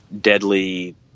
deadly